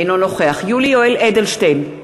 אינו נוכח יולי יואל אדלשטיין,